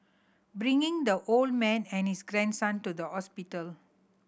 bringing the old man and his grandson to the hospital